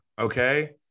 Okay